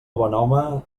bonhome